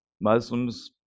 Muslim's